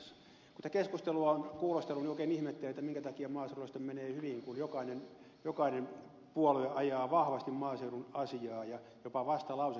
kun tätä keskustelua on kuulostellut oikein ihmettelee minkä takia maaseudulla sitten menee hyvin kun jokainen puolue ajaa vahvasti maaseudun asiaa ja jopa vastalausekin on aiheesta tehty